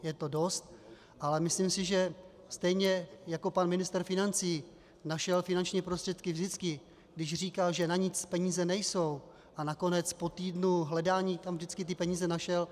Je to dost, ale myslím si, že stejně jako ministr financí našel finanční prostředky vždycky, když říkal, že na nic peníze nejsou, a nakonec po týdnu hledání tam vždycky peníze našel.